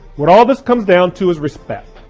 what all this comes down to is respect.